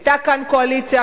היתה כאן קואליציה,